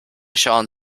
schauen